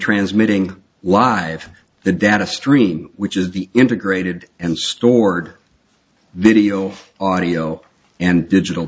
transmitting live the data stream which is the integrated and stored video of audio and digital